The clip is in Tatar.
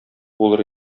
булыр